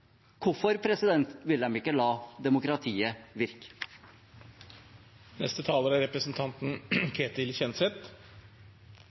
Hvorfor vil de ikke la demokratiet virke? Det er